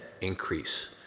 increase